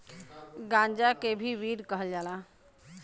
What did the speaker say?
गांजा के भी वीड कहल जाला